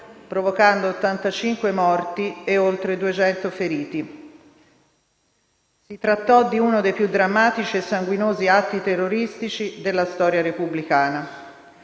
provocando 85 morti e oltre 200 feriti. Si trattò di uno dei più drammatici e sanguinosi atti terroristici della storia repubblicana.